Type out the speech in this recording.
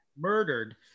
murdered